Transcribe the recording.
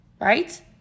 right